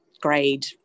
grade